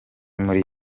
muri